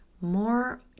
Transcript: more